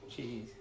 Jeez